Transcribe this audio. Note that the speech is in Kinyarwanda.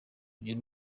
bagire